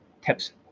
Tips